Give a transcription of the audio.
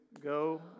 Go